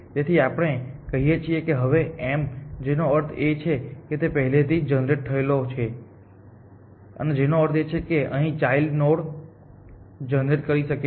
તેથી આપણે કહીએ છીએ કે હવે તે m છે જેનો અર્થ એ છે કે તે પહેલેથી જ જનરેટ થયેલો હતો જેનો અર્થ એ છે કે તે અન્ય ચાઈલ્ડ નોડ જનરેટ કરી શકે છે